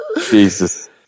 Jesus